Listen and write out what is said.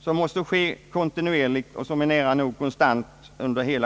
som måste ske kontinuerligt och är nära nog konstant under året.